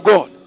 God